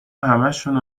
همشونو